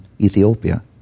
ethiopia